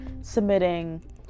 submitting